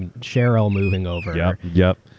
and cheryl moving over. yeah yup.